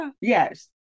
Yes